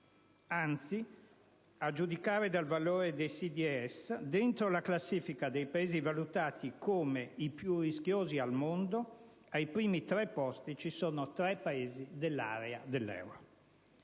Anzi, a giudicare dal valore dei CDS, dentro la classifica dei Paesi valutati come i più rischiosi al mondo, ai primi tre posti ci sono tre Paesi dell'area dell'euro.